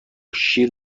شیر